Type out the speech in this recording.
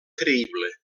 creïble